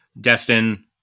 Destin